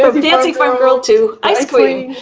so fancy farm girl too. ice queen.